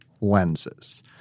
lenses